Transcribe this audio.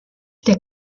der